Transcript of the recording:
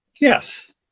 Yes